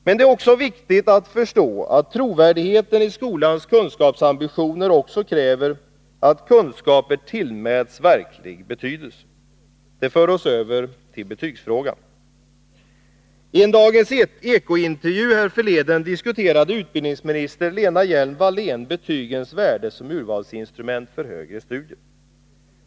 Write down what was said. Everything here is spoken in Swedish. Men det är viktigt att förstå att trovärdigheten i skolans kunskapsambitioner också kräver att kunskaper tillmäts verklig betydelse. Det för oss över till betygsfrågan. I en Dagens Eko-intervju härförleden diskuterade utbildningsminister Lena Hjelm-Wallén betygens värde som urvalsinstrument för högre studier.